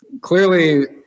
clearly